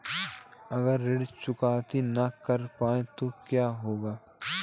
अगर ऋण चुकौती न कर पाए तो क्या होगा?